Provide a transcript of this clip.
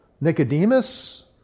Nicodemus